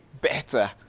better